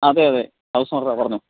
അതെ അതെ house owner ആണ് പറഞ്ഞോ